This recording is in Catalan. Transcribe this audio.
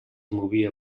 movia